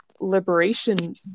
liberation